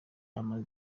abo